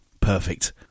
perfect